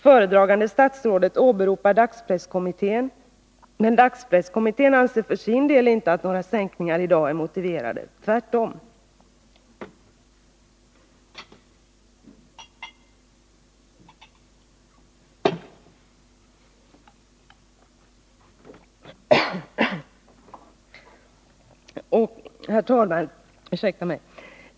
Föredragande statsrådet åberopar dagspresskommittén, men dagspresskommittén anser för sin del inte att några sänkningar i dag är motiverade — tvärtom.